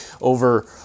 over